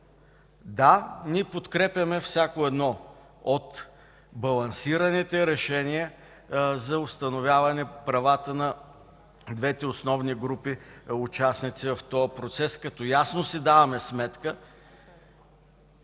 Да, ние подкрепяме всяко едно от балансираните решения за установяване правата на двете основни групи участници в този процес, като ясно си даваме сметка,